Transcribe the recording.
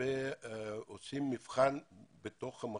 ועושים מבחן בתוך המחלקה.